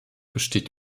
besteht